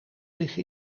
liggen